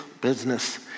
business